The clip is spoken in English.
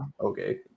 Okay